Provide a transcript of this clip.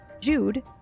Jude